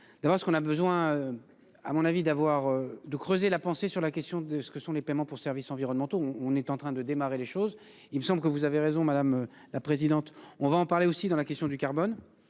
D'après ce qu'on a besoin. À mon avis, d'avoir de creuser la pensée sur la question de ce que sont les paiements pour services environnementaux. On est en train de démarrer les choses, il me semble que vous avez raison madame la présidente. On va en parler aussi dans la question du carbone.